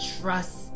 trust